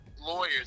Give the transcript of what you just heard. lawyers